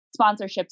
sponsorships